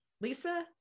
Lisa